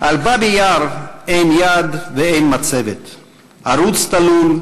"על באבי יאר אין יד ואין מצבת / ערוץ תלול,